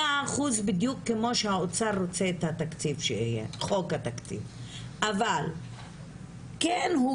אני יודעת שעובד, אבל זה מה שאני אומרת.